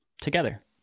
together